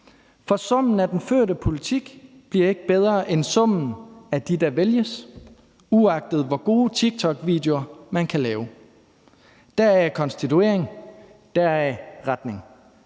For summen af den førte politik bliver ikke bedre end summen af dem, der vælges, uagtet hvor gode tiktokvideoer man kan lave – deraf konstituering, deraf retning.